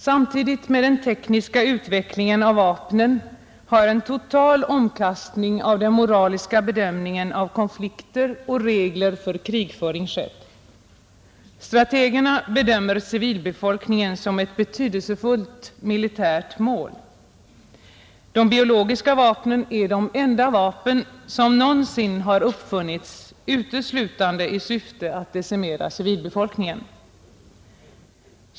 Samtidigt med den tekniska utvecklingen av vapnen har en total omkastning av den moraliska bedömningen av konflikter och regler för krigföring skett. Strategerna bedömer civilbefolkningen som ett betydel sefullt militärt mål. De biologiska vapnen är de enda vapen som någonsin har uppfunnits uteslutande i syfte att decimera civilbefolkningen!